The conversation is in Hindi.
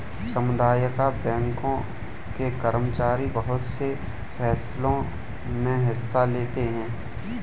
सामुदायिक बैंकों के कर्मचारी बहुत से फैंसलों मे हिस्सा लेते हैं